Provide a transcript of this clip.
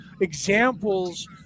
examples